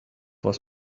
was